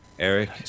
Eric